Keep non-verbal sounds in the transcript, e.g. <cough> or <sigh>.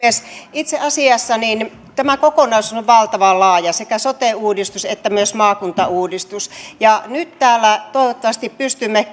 itse asiassa tämä kokonaisuus on valtavan laaja sekä sote uudistus että myös maakuntauudistus ja nyt täällä toivottavasti pystymme <unintelligible>